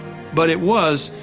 but it was,